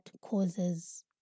causes